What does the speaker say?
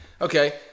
Okay